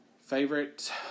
Favorite